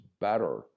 better